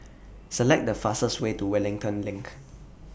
Select The fastest Way to Wellington LINK